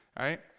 right